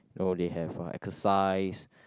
oh they have uh exercise